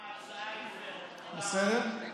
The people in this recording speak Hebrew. אדוני שר המשפטים, ההצעה היא פיירית.